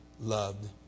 loved